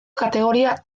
kategoria